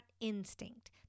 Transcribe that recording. instinct